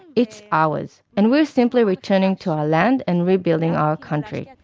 it's ours, and we're simply returning to our land and rebuilding our country.